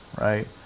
right